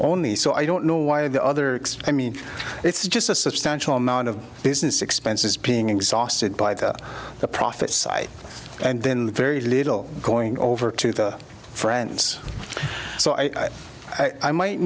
only so i don't know why the other i mean it's just a substantial amount of business expenses being exhausted by the the profit side and then very little going over to the friends so i